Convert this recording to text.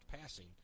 passing